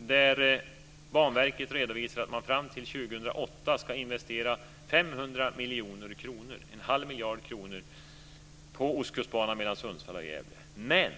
där Banverket redovisar att man fram till 2008 ska investera 500 miljoner kronor - en halv miljard kronor - på Ostkustbanan mellan Sundsvall och Gävle, men